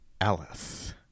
Alice